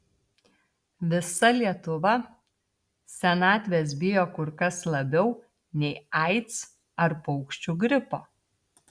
visa lietuva senatvės bijo kur kas labiau nei aids ar paukščių gripo